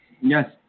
Yes